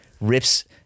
rips